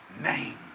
name